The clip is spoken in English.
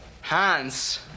Hans